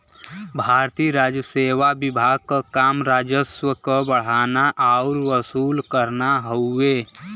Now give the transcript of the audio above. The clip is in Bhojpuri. भारतीय राजसेवा विभाग क काम राजस्व क बढ़ाना आउर वसूल करना हउवे